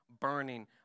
burning